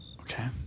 Okay